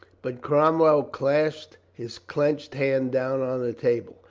but cromwell clashed his clenched hand down on the table.